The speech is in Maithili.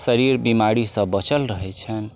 शरीर बिमारीसँ बाँचल रहै छनि